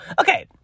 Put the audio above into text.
okay